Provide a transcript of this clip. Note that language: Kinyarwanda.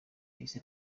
yahise